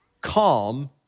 calm